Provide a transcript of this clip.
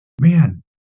man